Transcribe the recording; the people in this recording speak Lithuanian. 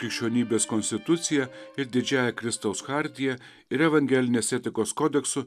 krikščionybės konstitucija ir didžiąja kristaus chartija ir evangelinės etikos kodeksu